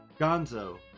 Gonzo